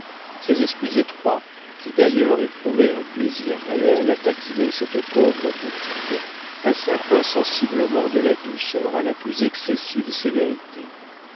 ces esprits étroits qui d'ailleurs éprouvaient un plaisir réel à taquiner cette pauvre petite passèrent insensiblement de la douceur à la plus excessive sévérité